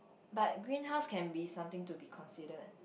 but greenhouse can be something to be considered